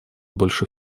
больше